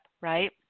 right